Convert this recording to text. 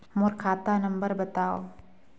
मोर खाता नम्बर बताव?